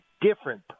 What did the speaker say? different